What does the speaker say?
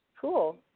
Cool